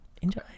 Enjoy